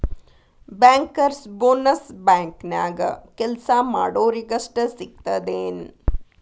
Bankers bonus ಬ್ಯಾಂಕ್ನ್ಯಾಗ್ ಕೆಲ್ಸಾ ಮಾಡೊರಿಗಷ್ಟ ಸಿಗ್ತದೇನ್?